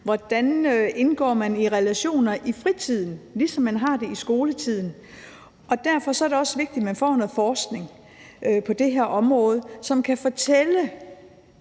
hvordan man indgår i relationer i fritiden, ligesom det gælder i skoletiden. Og derfor er det også vigtigt, at man får noget forskning på det her område, som kan fortælle